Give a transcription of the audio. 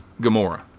Gamora